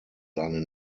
seinen